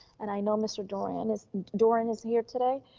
and i know mr. doran is doran is here today,